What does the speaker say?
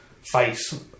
face